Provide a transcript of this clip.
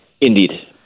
Indeed